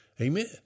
Amen